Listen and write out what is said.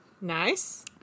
Nice